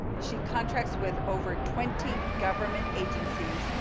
she contracts with over twenty government agencies.